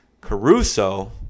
Caruso